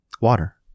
water